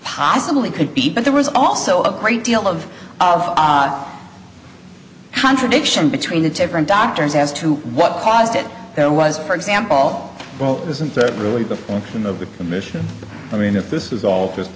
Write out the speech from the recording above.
possibly could be but there was also a great deal of of contradiction between the different doctors as to what caused it there was for example well isn't that really the function of the commission i mean if this is all just